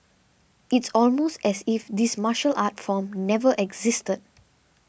it's almost as if this martial art form never existed